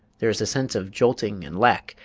there is a sense of jolting and lack,